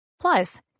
Plus